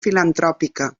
filantròpica